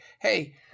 hey